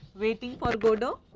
waiting for godot,